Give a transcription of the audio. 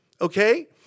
Okay